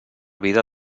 vida